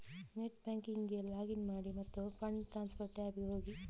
net ಬ್ಯಾಂಕಿಂಗಿಗೆ login ಮಾಡಿ ಮತ್ತು ಫಂಡ್ ಟ್ರಾನ್ಸ್ಫರ್ ಟ್ಯಾಬಿಗೆ ಹೋಗಿ